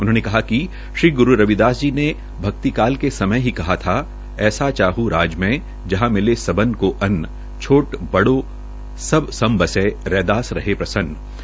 उन्होंने कहा कि श्री ग्रू रविदास जी ने भक्ति काल के समय ही कहा था कि ऐसा चाह राज मैं जहां मिले सबन को अन्न छोट बड़ो सब सम बसै रैदास रहे प्रसन्न